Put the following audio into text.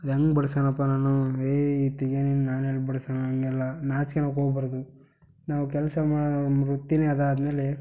ಅದು ಹೆಂಗೆ ಬಡ್ಸೋಣಪ್ಪ ನಾನು ಈ ರೀತಿ ನಾನು ಏನು ಬಡ್ಸೋಣ ಹಾಗೆಲ್ಲ ನಾಚ್ಕನಕ್ಕೆ ಹೋಗಬಾರ್ದು ನಾವು ಕೆಲಸ ಮಾಡೋ ನಮ್ಮ ವೃತ್ತಿನೇ ಅದಾದ ಮೇಲೆ